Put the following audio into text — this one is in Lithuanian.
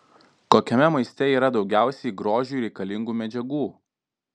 kokiame maiste yra daugiausiai grožiui reikalingų medžiagų